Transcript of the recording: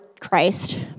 Christ